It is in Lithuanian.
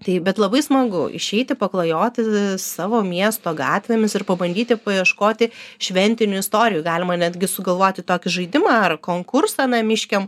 tai bet labai smagu išeiti paklajoti savo miesto gatvėmis ir pabandyti paieškoti šventinių istorijų galima netgi sugalvoti tokį žaidimą ar konkursą namiškiam